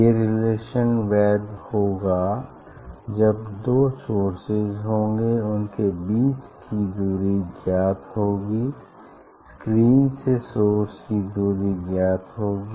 ये रिलेशन वैद होगा जब दो सोर्सेज होंगे उनके बीच की दूरी ज्ञात होगी स्क्रीन से सोर्स की दूरी ज्ञात होगी